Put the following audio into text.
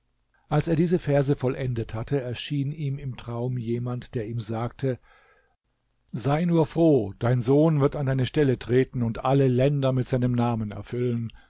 als er diese verse vollendet hatte erschien ihm im traum jemand der ihm sagte sei nur froh dein sohn wird an deine stelle treten und alle länder mit seinem namen erfüllen